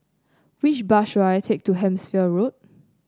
which bus should I take to Hampshire Road